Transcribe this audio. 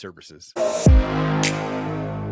services